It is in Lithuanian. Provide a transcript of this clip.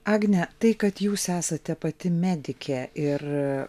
agne tai kad jūs esate pati medikė ir